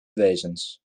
wezens